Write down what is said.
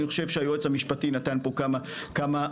אני חושב שהיועץ המשפטי נתן פה כמה אמירות